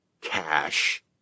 cash